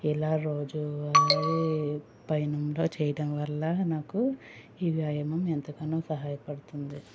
ఇలా రోజు పనిలో చెయ్యడం వల్ల నాకు ఈ వ్యాయామం ఎంతగానో సహాయపడుతుంది